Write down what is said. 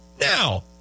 Now